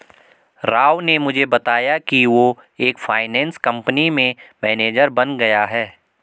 राव ने मुझे बताया कि वो एक फाइनेंस कंपनी में मैनेजर बन गया है